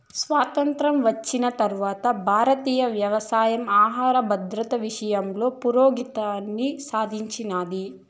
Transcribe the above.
స్వాతంత్ర్యం వచ్చిన తరవాత భారతీయ వ్యవసాయం ఆహర భద్రత విషయంలో పురోగతిని సాధించినాది